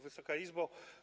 Wysoka Izbo!